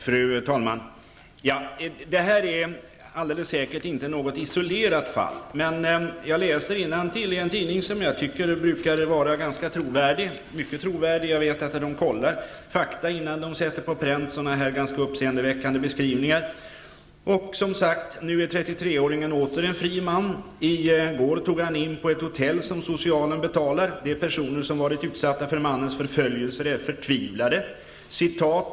Fru talman! Detta är alldeles säkert inte något isolerat fall. Jag har läst innantill i en tidning som brukar vara mycket trovärdig. Jag vet att man kontrollerar fakta innan man sätter sådana här ganska uppseendeväckande beskrivningar på pränt. Där står: ''Men nu är 33-åringen åter en fri man. I går tog han in på ett hotell som socialen betalade. De personer som varit utsatta för mannens förföljelser är förtvivlade.